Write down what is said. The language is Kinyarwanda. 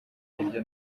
hirya